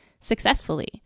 successfully